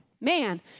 man